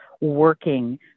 working